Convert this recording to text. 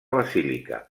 basílica